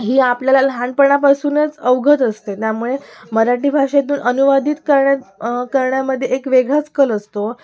ही आपल्याला लहानपणापासूनच अवगत असते त्यामुळे मराठी भाषेतून अनुवादित करणं करण्यामध्ये एक वेगळाच कल असतो